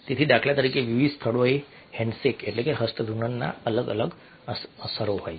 તેથી દાખલા તરીકે વિવિધ સ્થળોએ હેન્ડશેકહસ્ત ધૂનનના અલગ અલગ અસરો હોય છે